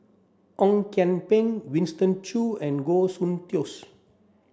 Ong Kian Peng Winston Choo and Goh Soon Tioes